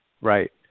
Right